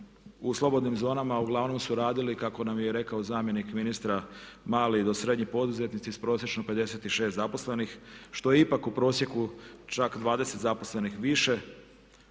u slobodnim zonama, uglavnom su radili kako nam je rekao zamjenik ministra mali do srednji poduzetnici s prosječno 56 zaposlenih što je ipak u prosjeku čak 20 zaposlenih više